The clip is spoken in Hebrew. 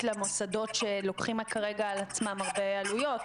למוסדות שלוקחים כרגע על עצמם הרבה עלויות,